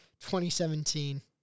2017